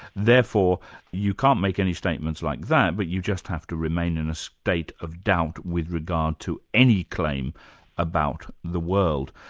therefore you can't make any statements like that, but you just have to remain in a state of doubt with regard to any claim about the world.